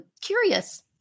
curious